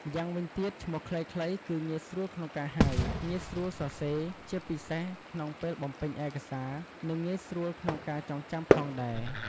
ម្យ៉ាងវិញទៀត ឈ្មោះខ្លីៗគឺងាយស្រួលក្នុងការហៅ ងាយស្រួលសរសេរ ជាពិសេសក្នុងពេលបំពេញឯកសារ និងងាយស្រួលក្នុងការចងចាំផងដែរ។